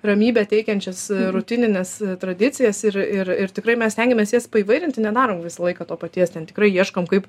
ramybę teikiančias rutinines tradicijas ir ir ir tikrai mes stengiamės jas paįvairinti nedarom visą laiką to paties ten tikrai ieškom kaip